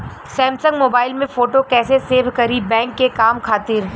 Samsung mobile में photo कैसे save करीं बैंक के काम खातिर?